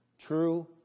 true